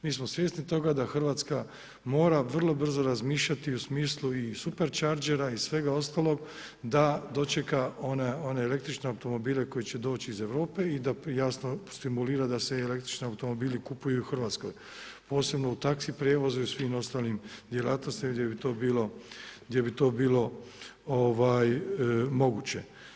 Mi smo svjesni toga da Hrvatska mora vrlo brzo razmišljati u smislu i super čarđera i svega ostaloga da dočeka one električne automobile koji će doći iz Europe i da jasno stimulira da se električni automobili kupuju u Hrvatskoj, posebno u taxi prijevozu i u svim ostalima djelatnostima, gdje bi to bilo moguće.